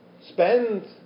spend